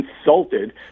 insulted